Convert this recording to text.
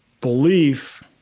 belief